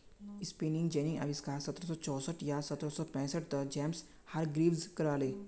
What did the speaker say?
spinning जेनीर अविष्कार सत्रह सौ चौसठ या सत्रह सौ पैंसठ त जेम्स हारग्रीव्स करायले